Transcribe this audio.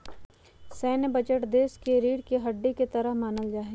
सैन्य बजट देश के रीढ़ के हड्डी के तरह मानल जा हई